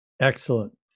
Excellent